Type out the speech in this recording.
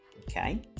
okay